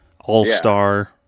All-star